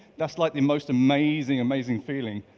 that's like the most amazing, amazing feeling.